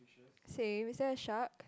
same is there a shark